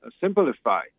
simplify